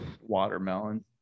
watermelon